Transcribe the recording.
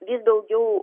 vis daugiau